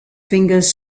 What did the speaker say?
fingers